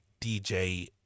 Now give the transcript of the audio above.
DJ